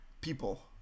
people